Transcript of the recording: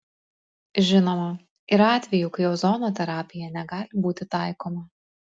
žinoma yra atvejų kai ozono terapija negali būti taikoma